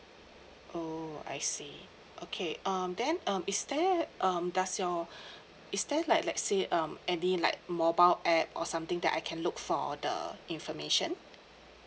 oh I see okay um then um is there um does your is there like let's say um any like mobile app or something that I can look for the information